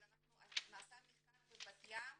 אבל נעשה מחקר בבת ים